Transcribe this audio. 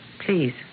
Please